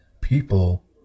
people